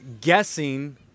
guessing